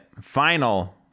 final